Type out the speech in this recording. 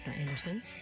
Anderson